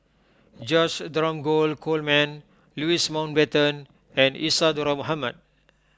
George Dromgold Coleman Louis Mountbatten and Isadhora Mohamed